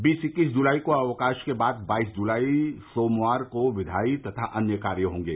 बीस इक्कीस जुलाई को अवकाश के बाद बाइस जुलाई सोमवार को विधायी तथा अन्य कार्य होंगे